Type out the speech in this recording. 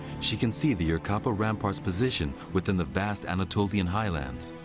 she can see the yerkapi rampart's position within the vast anatolian highlands.